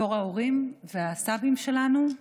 דור ההורים והסבים שלנו,